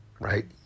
Right